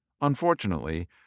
Unfortunately